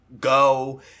go